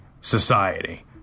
society